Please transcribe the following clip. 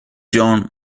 john